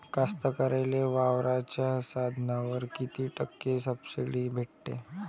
कास्तकाराइले वावराच्या साधनावर कीती टक्के सब्सिडी भेटते?